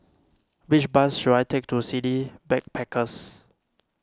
which bus should I take to City Backpackers